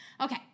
Okay